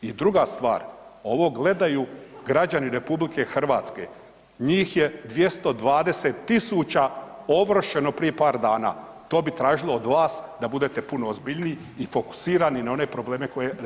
I druga stvar, ovo gledaju građani RH, njih je 220.000 ovršeno prije par dana, to bi tražilo od vas da budete puno ozbiljniji i fokusirani na one probleme koje RH ima.